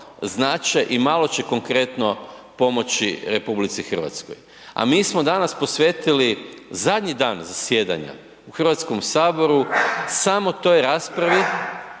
znače i malo će konkretno pomoći RH. A mi smo danas posvetili zadnji dan zasjedanja u Hrvatskom saboru samo toj raspravi